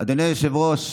אדוני היושב-ראש,